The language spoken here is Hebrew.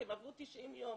כי הם עברו 90 יום